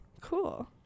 cool